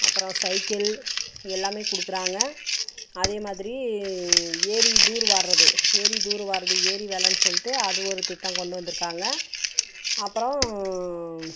அப்புறம் சைக்கிள் எல்லாமே கொடுக்குறாங்க அதே மாதிரி ஏரி தூர்வார்றது ஏரி தூர்வார்றது ஏரி வேலைன்னு சொல்லிட்டு அது ஒரு திட்டம் கொண்டுவந்துருக்காங்க அப்புறம்